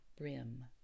brim